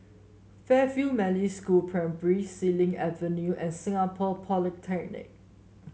Fairfield Methodist School Primary Xilin Avenue and Singapore Polytechnic